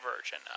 version